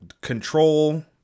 control